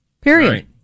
Period